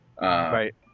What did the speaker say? right